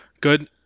good